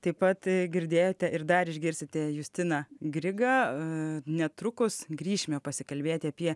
taip pat girdėjote ir dar išgirsite justiną grigą netrukus grįšime pasikalbėti apie